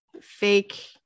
fake